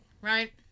right